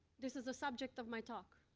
this is the subject of my talk,